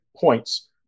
points